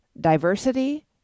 diversity